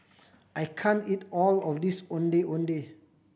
I can't eat all of this Ondeh Ondeh